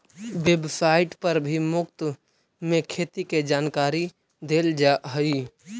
website पर भी मुफ्त में खेती के जानकारी देल जा हई